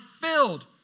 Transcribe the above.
filled